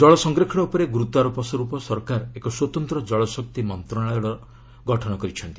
ଜଳ ସଂରକ୍ଷଣ ଉପରେ ଗୁରୁତ୍ୱାରୋପ ସ୍ୱରୂପ ସରକାର ଏକ ସ୍ୱତନ୍ତ୍ର ଜଳ ଶକ୍ତି ମନ୍ତ୍ରଣାଳୟର ଗଠନ କରିଛନ୍ତି